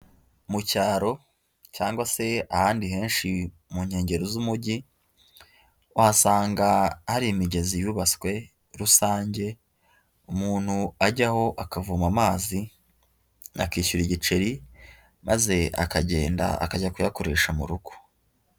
Mu cyaro cyangwa se ahandi henshi mu nkengero z'umujyi, uhasanga hari imigezi yubatswe rusange umuntu ajyaho akavoma amazi, akishyura igiceri maze akagenda akajya kuyakoresha mu rugo.